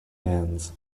hands